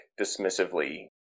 dismissively